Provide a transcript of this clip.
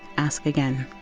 ask again